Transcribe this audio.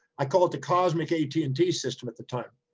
i call it the cosmic a t and t system at the time.